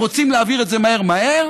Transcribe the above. הם רוצים להעביר את זה מהר מהר